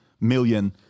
million